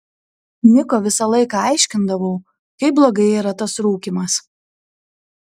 niko visą laiką aiškindavau kaip blogai yra tas rūkymas